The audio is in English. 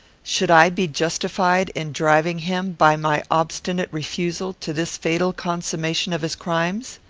should i be justified in driving him, by my obstinate refusal, to this fatal consummation of his crimes?